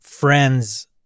friend's